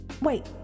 wait